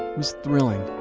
was thrilling,